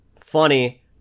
funny